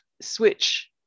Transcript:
switch